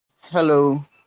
Hello